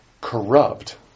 corrupt